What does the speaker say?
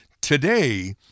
today